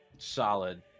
Solid